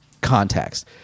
context